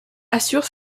assure